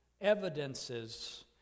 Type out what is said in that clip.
evidences